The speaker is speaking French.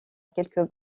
quelques